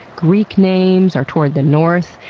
greek names are toward the north,